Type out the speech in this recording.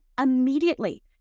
immediately